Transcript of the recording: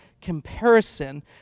comparison